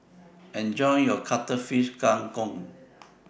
Enjoy your Cuttlefish Kang Kong